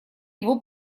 его